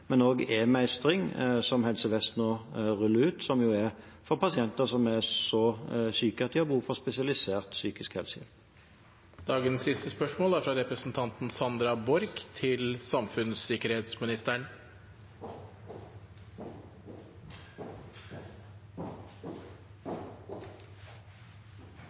og også eMestring, som Helse Vest nå ruller ut, som jo er for pasienter som er så syke at de har behov for spesialisert psykisk helsehjelp.